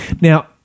Now